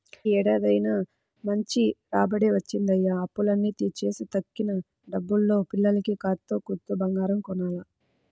యీ ఏడాదైతే మంచి రాబడే వచ్చిందయ్య, అప్పులన్నీ తీర్చేసి తక్కిన డబ్బుల్తో పిల్లకి కాత్తో కూత్తో బంగారం కొనాల